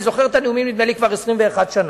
אני זוכר את הנאומים כבר 21 שנה.